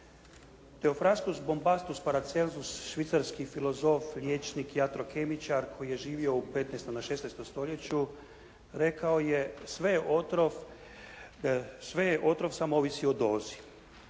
Theophrastus Bombastus Paracelsus, švicarski filozof, liječnik i androkemičar koji je živio u 15. i 16. stoljeću rekao je: «Sve je otrov, samo ovisi o dozi.»